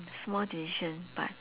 small decision but